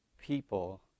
people